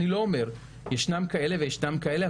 אני לא אומר ישנם כאלה וישנם כאלה,